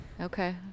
Okay